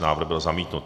Návrh byl zamítnut.